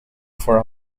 for